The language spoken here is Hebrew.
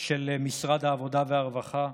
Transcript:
של משרד העבודה והרווחה,